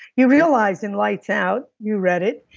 you realize in lights out, you read it,